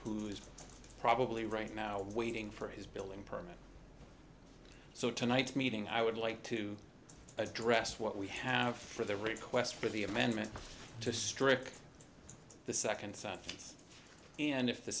is probably right now waiting for his building permit so tonight's meeting i would like to address what we have for the request for the amendment to strike the second son and if the